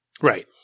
right